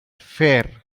fair